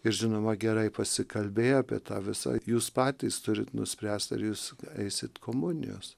ir žinoma gerai pasikalbėję apie tą visą jūs patys turit nuspręst ar jūs eisit komunijos